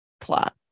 plot